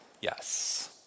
yes